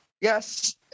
yes